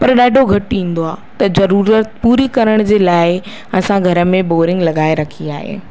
पर ॾाढो घटि ईंदो आहे त जरूरत पूरी करण जे लाइ असां घर में बोरिंग लगाए रखी आहे